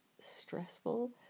stressful